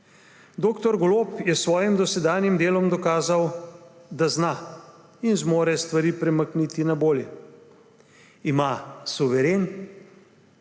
Dr. Golob je s svojim dosedanjim delom dokazal, da zna in zmore stvari premakniti na bolje. Ima suveren,